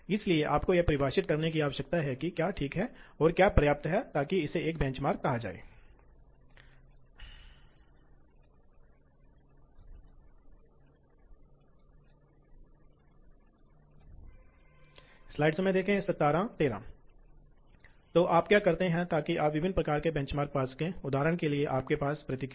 तो वे आमतौर पर सर्वो मोटर्स द्वारा संचालित होते हैं यह कुछ समय डीसी बीएलडीसी या इंडक्शन मोटर्स भी हो सकता है